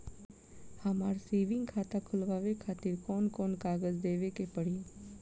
हमार सेविंग खाता खोलवावे खातिर कौन कौन कागज देवे के पड़ी?